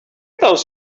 those